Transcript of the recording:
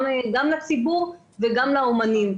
גם לציבור וגם לאמנים,